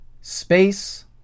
space